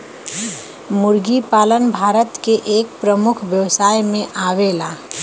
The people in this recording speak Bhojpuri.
मुर्गी पालन भारत के एक प्रमुख व्यवसाय में आवेला